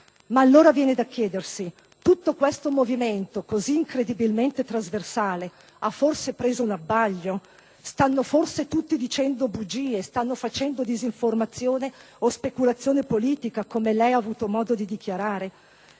Ma allora - viene da chiedersi - questo movimento, così incredibilmente trasversale, ha forse preso un abbaglio? Stanno forse tutti dicendo bugie, stanno facendo disinformazione o speculazione politica, come lei ha avuto modo di dichiarare?